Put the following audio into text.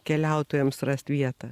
keliautojams rast vietą